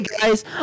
guys